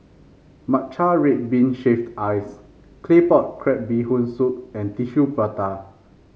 Matcha Red Bean Shaved Ice Claypot Crab Bee Hoon Soup and Tissue Prata